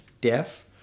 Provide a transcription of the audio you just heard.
deaf